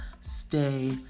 stay